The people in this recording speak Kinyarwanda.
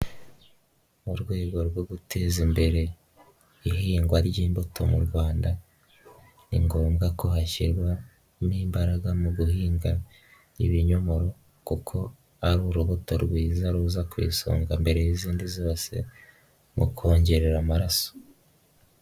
Mu rwego rwo guteza imbere ihingwa ry'imbuto mu rwanda, ni ngombwa ko hashyirwa imbaraga mu guhinga ibinyomoro, kuko ari urubuto rwiza ruza ku isonga mbere y'izindi zose mu kongerera amaraso.